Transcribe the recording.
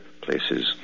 places